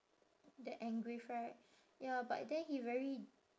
the engrave right ya but then he very